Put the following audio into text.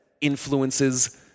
influences